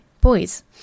Boys